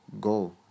Go